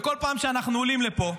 בכל פעם שאנחנו עולים לפה,